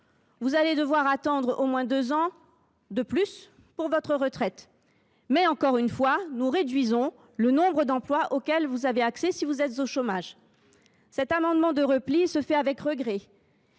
Vous devrez attendre au moins deux ans de plus pour prendre votre retraite, mais, encore une fois, nous réduisons le nombre d’emplois auxquels vous avez accès, si vous êtes au chômage »? Cet amendement de repli est déposé avec regret.